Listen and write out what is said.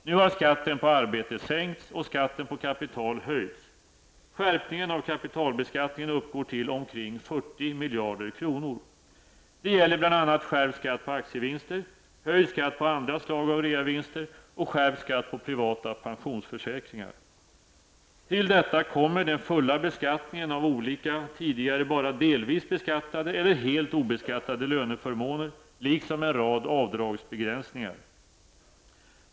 Nu har skatten på arbete sänkts och skatten på kapital höjts. Skärpningen av kapitalbeskattningen uppgår till omkring 40 miljarder kronor. Det gäller bl.a. skärpt skatt på aktievinster, höjd skatt på andra slag av reavinster och skärpt skatt på privata pensionsförsäkringar. Till detta kommer den fulla beskattningen av olika tidigare bara delvis beskattade eller helt obeskattade löneförmåner liksom en rad avdragsbegränsningar.